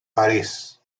parís